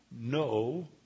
No